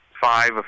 five